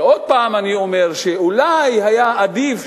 עוד פעם אני אומר שאולי היה עדיף,